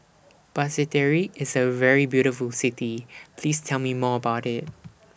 Basseterre IS A very beautiful City Please Tell Me More about IT